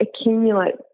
accumulate